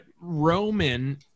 Roman